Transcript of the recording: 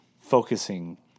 focusing